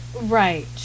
Right